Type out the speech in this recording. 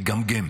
לגמגם